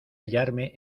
hallarme